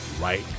right